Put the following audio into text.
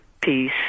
peace